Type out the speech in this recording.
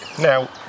now